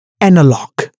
analog